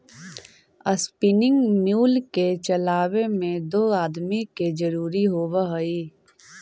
spinning mule के चलावे में दो आदमी के जरुरी होवऽ हई